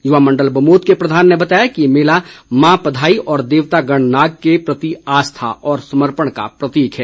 युवा मंडल बमोत के प्रधान ने बताया कि यह मेला माँ पधाई व देवता गण नाग के प्रति आस्था व समर्पण का प्रतीक है